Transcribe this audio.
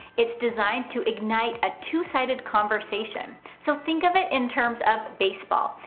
it's designed to ignite a two-sided conversation. so think of it in terms of baseball.